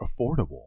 affordable